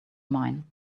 mine